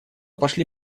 пошли